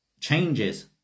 changes